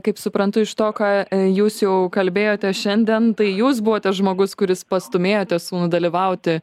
kaip suprantu iš to ką jūs jau kalbėjote šiandien tai jūs buvote žmogus kuris pastūmėjote sūnų dalyvauti